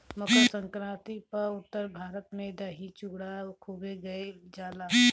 मकरसंक्रांति पअ उत्तर भारत में दही चूड़ा खूबे खईल जाला